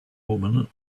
woman